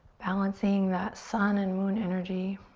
balancing that sun and moon energy.